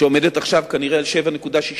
שעומדת עכשיו כנראה על 7.6%,